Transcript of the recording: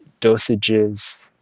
dosages